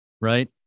Right